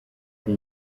ari